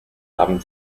haben